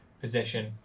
position